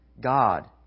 God